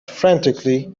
frantically